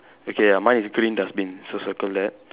okay lah mine is green dustbin so circle that